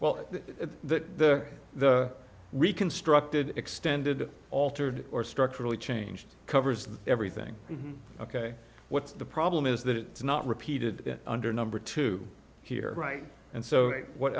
well that the reconstructed extended altered or structurally changed covers everything ok what's the problem is that it's not repeated under number two here right and so what